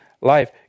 life